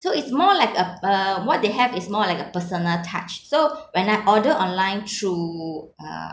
so it's more like a uh what they have is more like a personal touch so when I order online through uh